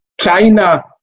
China